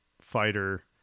fighter